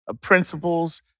principles